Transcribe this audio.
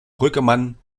brüggemann